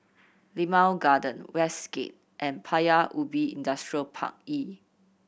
Limau Garden Westgate and Paya Ubi Industrial Park E